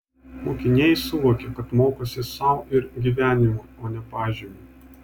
mokiniai suvokia kad mokosi sau ir gyvenimui o ne pažymiui